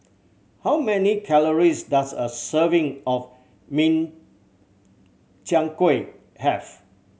how many calories does a serving of Min Chiang Kueh have